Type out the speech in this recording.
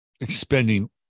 expending